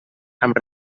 amb